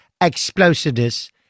explosiveness